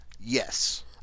Yes